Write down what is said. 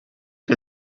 que